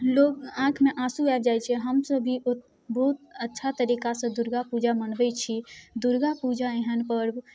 लोक आँखिमे आँसू आबि जाइ छै हमसब भी ओ बहुत अच्छा तरीकासँ दुर्गापूजा मनबै छी दुर्गापूजा एहन पर्व